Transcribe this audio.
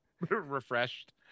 refreshed